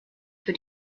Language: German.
für